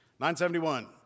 971